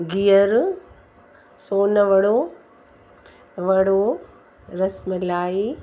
गिहर सोनवड़ो वड़ो रसमलाई